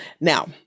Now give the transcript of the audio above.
now